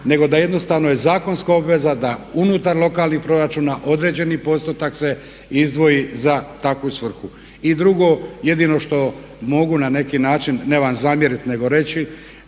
nego da jednostavno je zakonska obveza da unutar lokalnih proračuna određeni postotak se izdvoji za takvu svrhu. I drugo, jedino što mogu na neki način ne vam zamjeriti nego reći,